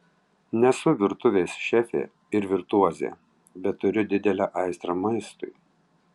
nesu virtuvės šefė ir virtuozė bet turiu didelę aistrą maistui